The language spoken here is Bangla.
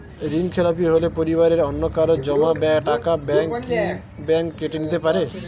ঋণখেলাপি হলে পরিবারের অন্যকারো জমা টাকা ব্যাঙ্ক কি ব্যাঙ্ক কেটে নিতে পারে?